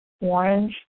orange